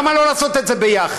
למה לא לעשות את זה יחד?